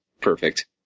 perfect